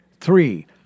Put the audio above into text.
three